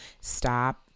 stop